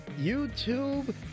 YouTube